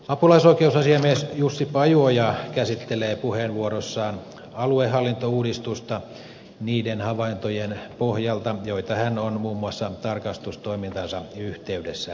apulaisoikeusasiamies jussi pajuoja käsittelee puheenvuorossaan aluehallintouudistusta niiden havaintojen pohjalta joita hän on muun muassa tarkastustoimintansa yhteydessä tehnyt